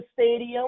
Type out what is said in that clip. stadium